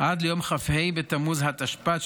עד ליום כ"ה בתמוז התשפ"ד,